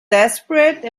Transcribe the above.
desperate